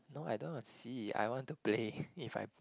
no I don't want to see I want to play if I